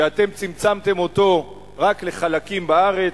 שאתם צמצמתם אותו רק לחלקים בארץ,